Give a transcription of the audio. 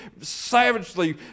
savagely